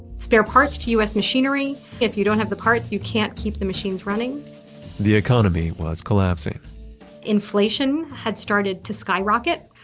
spare parts to u s. machinery. if you don't have the parts, you can't keep the machines running the economy was collapsing inflation had started to skyrocket,